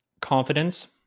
confidence